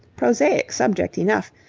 prosaic subject enough,